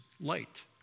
light